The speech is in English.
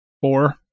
Four